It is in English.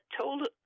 told